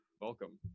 Welcome